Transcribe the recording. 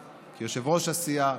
שהוא יושב-ראש הסיעה